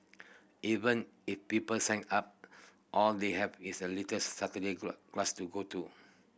even if people sign up all they have is a little Saturday class to go to